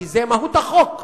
כי זו מהות החוק.